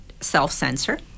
self-censor